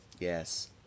Yes